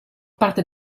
parte